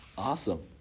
Awesome